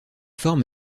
forme